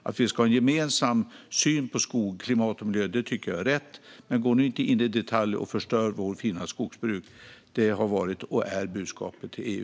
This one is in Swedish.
Att vi ska ha en gemensam syn på skog, klimat och miljö tycker jag är rätt. Men gå inte in i detalj och förstör vårt fina skogsbruk - det har varit och är budskapet till EU.